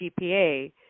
GPA